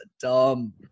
dumb